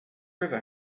river